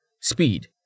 Speed